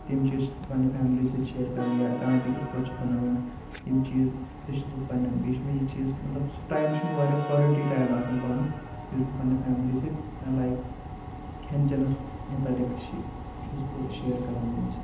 تِم چیٖز چھُس بہٕ پَننہِ فیملی سۭتۍ شیٚر کَران یا کانٛتی کِتھ پٲٹھۍ چھِ بَناوٕنۍ تِم چیٖز تہِ چھُس بہٕ پَننین بییہِ چھُ مےٚ یہِ چیٖز مَطلب سُہ ٹایِم چھُ مےٚ واریاہ کالِٹی ٹایِم آسان پَنُن یُس بہٕ پَننہِ فیملی سۭتۍ لایِک کھین چینَس مُتعلِق چھُس بہٕ شیر کَران تِمن سۭتۍ